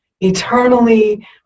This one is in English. eternally